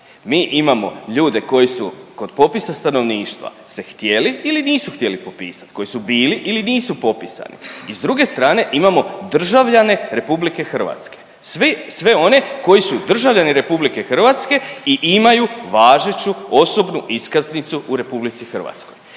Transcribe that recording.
Mi imamo ljude koji su kod popisa stanovništva se htjeli ili se nisu htjeli popisat, koji su bili ili nisu popisani i s druge strane imamo državljane RH, sve one koji su državljani RH i imaju važeću osobnu iskaznicu u RH. Bilo da imaju